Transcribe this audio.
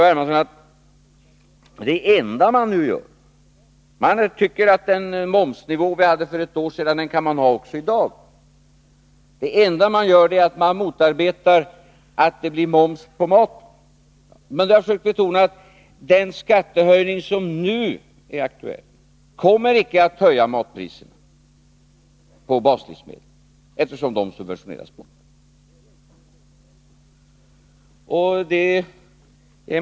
Hermansson att man tycker att vi också i dag kan ha den momsnivå vi hade för ett år sedan och att det enda man gör är att motarbeta moms på maten. Men jag har försökt betona att den skattehöjning som nu är aktuell icke kommer att höja priserna på baslivsmedel, eftersom de subventioneras.